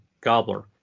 gobbler